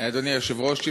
אדוני היושב-ראש,